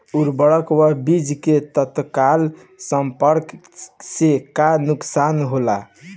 उर्वरक व बीज के तत्काल संपर्क से का नुकसान होला?